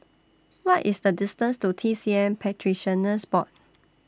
What IS The distance to T C M Practitioners Board